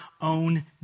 own